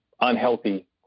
unhealthy